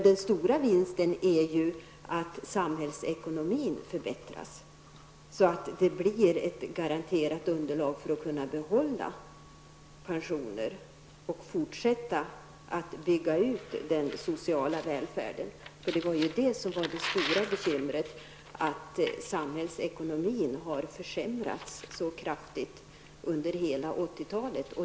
Den stora vinsten är emellertid att samhällsekonomin förbättras så att det blir ett garanterat underlag för att man skall kunna behålla pensionerna och fortsätta att bygga ut den sociala välfärden. Det stora bekymret var ju att samhällsekonomin försämrades så kraftigt under hela 80-talet.